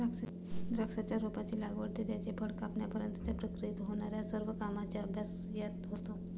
द्राक्षाच्या रोपाची लागवड ते त्याचे फळ कापण्यापर्यंतच्या प्रक्रियेत होणार्या सर्व कामांचा अभ्यास यात होतो